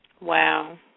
Wow